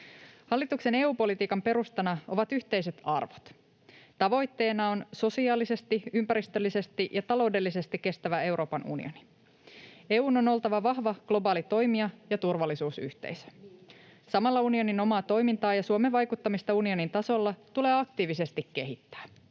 Hallituksen EU-politiikan perustana ovat yhteiset arvot. Tavoitteena on sosiaalisesti, ympäristöllisesti ja taloudellisesti kestävä Euroopan unioni. EU:n on oltava vahva globaali toimija ja turvallisuusyhteisö. Samalla unionin omaa toimintaa ja Suomen vaikuttamista unionin tasolla tulee aktiivisesti kehittää.